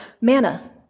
manna